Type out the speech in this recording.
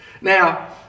Now